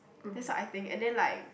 that's what I think and then like